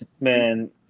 Man